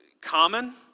common